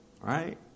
right